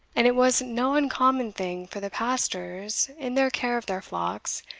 and it was no uncommon thing for the pastors, in their care of their flocks,